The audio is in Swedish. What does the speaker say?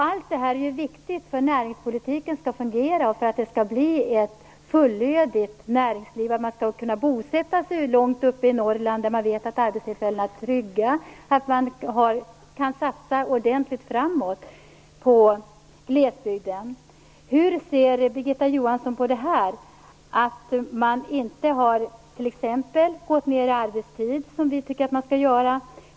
Allt det här är ju viktigt för att näringspolitiken skall fungera och för att det skall bli ett fullödigt näringsliv. Man skall kunna bosätta sig långt uppe i Norrland och veta att arbetstillfällena är trygga och att man kan satsa ordentligt framåt på glesbygden. Hur ser Birgitta Johansson på att man t.ex. inte har gått ned i arbetstid, som vi tycker att man skall göra?